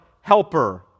helper